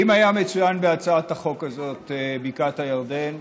אם היה מצוין בהצעת החוק הזאת בקעת הירדן,